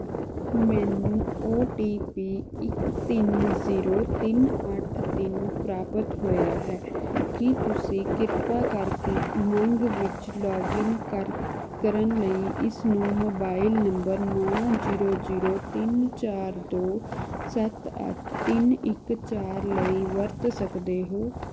ਮੈਨੂੰ O T P ਇੱਕ ਤਿੰਨ ਜ਼ੀਰੋ ਤਿੰਨ ਅੱਠ ਤਿੰਨ ਪ੍ਰਾਪਤ ਹੋਇਆ ਹੈ ਕੀ ਤੁਸੀਂ ਕਿਰਪਾ ਕਰਕੇ ਉਮੰਗ ਵਿੱਚ ਲੌਗਇਨ ਕਰ ਕਰਨ ਲਈ ਇਸ ਨੂੰ ਮੋਬਾਇਲ ਨੰਬਰ ਨੌਂ ਜ਼ੀਰੋ ਜ਼ੀਰੋ ਤਿੰਨ ਚਾਰ ਦੋ ਸੱਤ ਅੱਠ ਤਿੰਨ ਇੱਕ ਚਾਰ ਲਈ ਵਰਤ ਸਕਦੇ ਹੋ